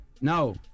No